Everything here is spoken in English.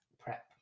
prep